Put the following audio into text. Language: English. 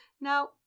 Now